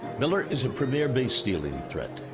miller is a premier base stealing threat.